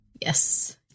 Yes